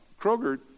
Kroger